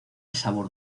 sabor